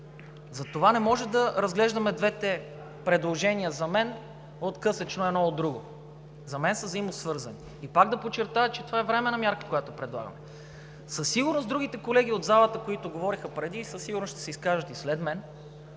Затова не може да разглеждаме двете предложения откъслечно едно от друго, за мен са взаимносвързани. И пак да подчертая, че това е временна мярка, която предлагаме. Със сигурност другите колеги от залата, които говориха преди, а със сигурност ще се изкажат и след мен,